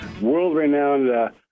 world-renowned